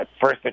first